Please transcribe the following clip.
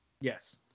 Yes